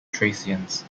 thracians